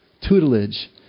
tutelage